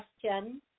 question